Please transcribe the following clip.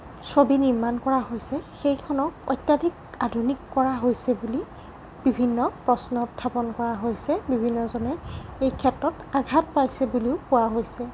ছবি নিৰ্মাণ কৰা হৈছে সেইখনক অত্যাধিক আধুনিক কৰা হৈছে বুলি বিভিন্ন প্ৰশ্ন উত্থাপন কৰা হৈছে বিভিন্নজনে এই ক্ষেত্ৰত আঘাত পাইছে বুলিও কোৱা হৈছে